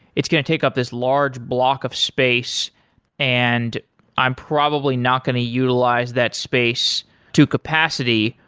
it's going to take up this large block of space and i'm probably not going to utilize that space to capacity.